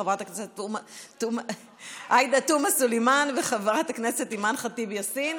חברת הכנסת עאידה תומא סלימאן וחברת הכנסת אימאן ח'טיב יאסין.